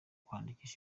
kukwandikira